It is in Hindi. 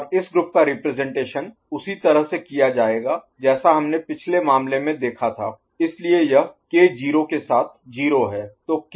और इस ग्रुप का रिप्रजेंटेशन उसी तरह से किया जाएगा जैसा हमने पिछले मामले में देखा था इसलिए यह K 0 के साथ 0 है